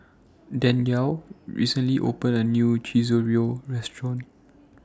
Danyell recently opened A New Chorizo Restaurant